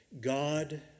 God